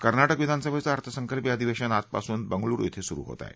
कर्ना के विधान सभेचं अर्थसंकल्पीय अधिवेशन आजपासून बंगळूरु कें सुरु होत आहे